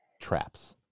traps